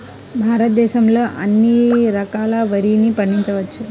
భారతదేశంలో ఎన్ని రకాల వరిని పండించవచ్చు